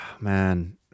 Man